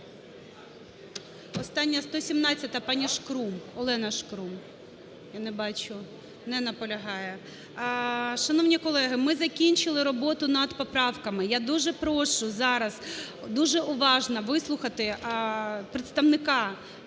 Остання, 117-а, пані Шкрум. Олена Шкрум. Я не бачу. Не наполягає. Шановні колеги, ми закінчили роботу над поправками. Я дуже прошу зараз дуже уважно вислухати представника профільного